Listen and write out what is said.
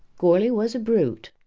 goarly was a brute.